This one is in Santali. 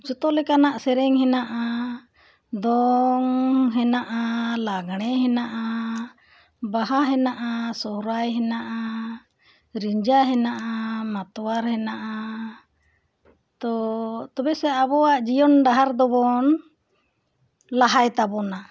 ᱡᱚᱛᱚ ᱞᱮᱠᱟᱱᱟᱜ ᱥᱮᱨᱮᱧ ᱦᱮᱱᱟᱜᱼᱟ ᱫᱚᱝ ᱦᱮᱱᱟᱜᱼᱟ ᱞᱟᱜᱽᱬᱮ ᱦᱮᱱᱟᱜᱼᱟ ᱵᱟᱦᱟ ᱦᱮᱱᱟᱜᱼᱟ ᱥᱚᱦᱚᱨᱟᱭ ᱦᱮᱱᱟᱜᱼᱟ ᱨᱤᱧᱡᱟ ᱦᱮᱱᱟᱜᱼᱟ ᱢᱟᱛᱣᱟᱨ ᱦᱮᱱᱟᱜᱼᱟ ᱛᱚ ᱛᱚᱵᱮᱥᱮ ᱟᱵᱚᱣᱟᱜ ᱡᱤᱭᱚᱱ ᱰᱟᱦᱟᱨ ᱫᱚᱵᱚᱱ ᱞᱟᱦᱟᱭ ᱛᱟᱵᱚᱱᱟ